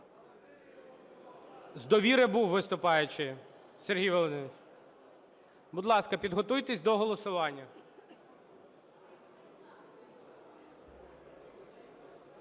З "Довіри" був виступаючий, Сергій Володимирович. Будь ласка, підготуйтесь до голосування.